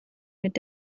mit